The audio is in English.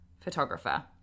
photographer